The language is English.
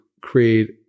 create